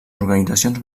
organitzacions